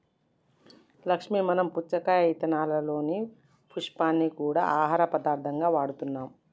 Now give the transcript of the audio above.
లక్ష్మీ మనం పుచ్చకాయ ఇత్తనాలలోని పప్పుని గూడా ఆహార పదార్థంగా వాడుతున్నాం